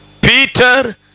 Peter